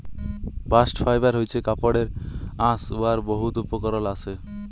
bast fibre হছে কাপড়ের আঁশ উয়ার বহুত উপকরল আসে